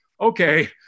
Okay